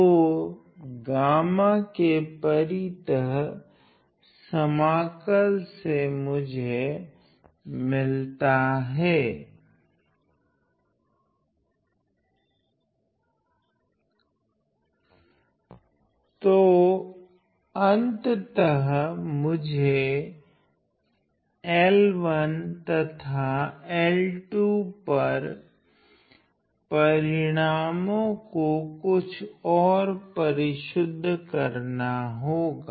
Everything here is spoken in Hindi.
तो गामा के परीतः समाकल से मुझे मिलता हैं तो अंततः मुझे L1 तथा L2 पर परिणामो को कुछ ओर परिशुद्ध करना होगा